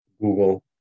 Google